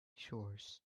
shores